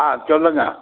ஆ சொல்லுங்க